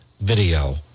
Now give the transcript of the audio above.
video